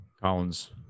Collins